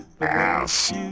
ass